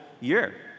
year